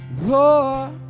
Lord